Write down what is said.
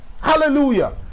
Hallelujah